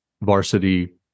varsity